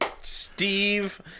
Steve